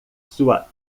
sua